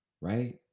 right